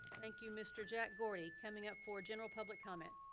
thank you mr. jack gordon, coming up for general public comment.